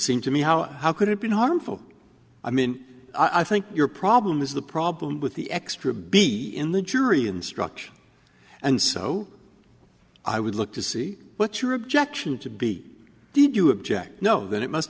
seem to me how how could it be harmful i mean i think your problem is the problem with the extra be in the jury instruction and so i would look to see what your objection to be did you object know that it must